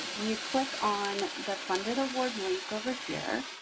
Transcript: you click on the funded award link over here.